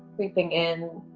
creeping in,